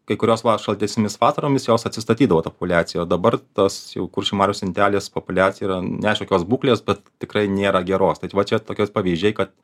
kai kurios šaltesnėmis vasaromis jos atsistatydavo ta populiacija o dabar tos jau kuršių marių stintelės populiacija yra neaišku kokios būklės bet tikrai nėra geros tai čia va čia tokios pavyzdžiai kad